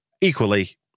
equally